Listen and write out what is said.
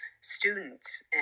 students